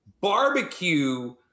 barbecue